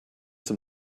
zum